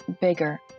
bigger